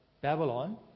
Babylon